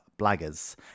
Blaggers